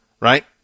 right